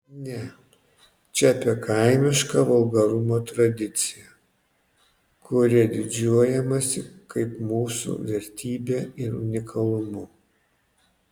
ne čia apie kaimišką vulgarumo tradiciją kuria didžiuojamasi kaip mūsų vertybe ir unikalumu